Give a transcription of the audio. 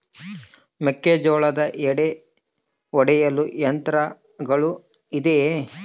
ಮೆಕ್ಕೆಜೋಳದ ಎಡೆ ಒಡೆಯಲು ಯಂತ್ರಗಳು ಇದೆಯೆ?